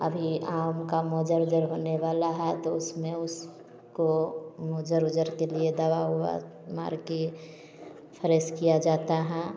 अभी आम का मोजर उजर होने वाला है तो उसमे उसको मोजर उजर के लिए दवा उवा मार के फ्रेस किया जाता है